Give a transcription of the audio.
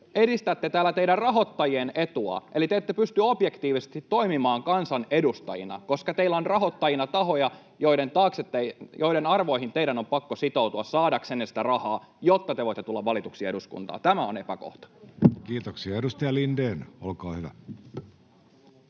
edistätte täällä teidän rahoittajienne etua, eli te ette pysty objektiivisesti toimimaan kansan edustajina, koska teillä on rahoittajina tahoja, joiden arvoihin teidän on pakko sitoutua saadaksenne sitä rahaa, jotta te voitte tulla valituksi eduskuntaan. Tämä on epäkohta. [Speech 31] Speaker: Jussi Halla-aho